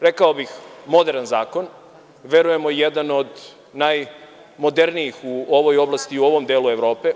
Rekao bih moderan zakon i verujemo jedan od najmodernijih u ovoj oblasti u ovom delu Evrope.